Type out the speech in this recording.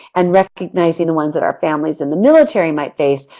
and recognizing the one's that our families in the military might face,